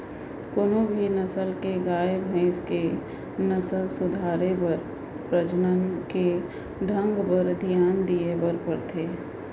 कोनों भी नसल के गाय, भईंस के नसल सुधारे बर प्रजनन के ढंग बर धियान दिये बर परथे